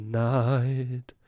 night